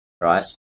Right